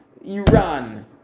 Iran